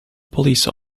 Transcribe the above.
police